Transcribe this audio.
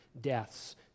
deaths